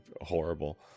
horrible